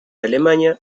alemania